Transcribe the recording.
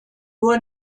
nur